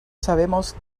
sabemos